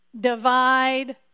divide